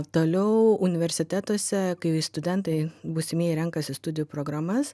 toliau universitetuose kai studentai būsimieji renkasi studijų programas